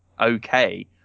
okay